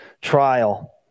trial